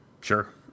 Sure